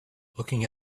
looking